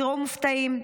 ותיראו מופתעים,